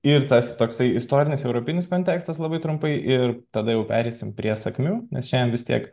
ir tas toksai istorinis europinis kontekstas labai trumpai ir tada jau pereisim prie sakmių nes šiandien vis tiek